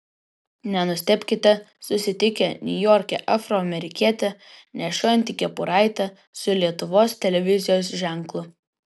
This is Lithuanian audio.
nenustebkite susitikę niujorke afroamerikietį nešiojantį kepuraitę su lietuvos televizijos ženklu